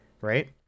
right